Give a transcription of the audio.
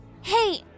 Hey